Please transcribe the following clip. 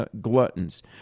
gluttons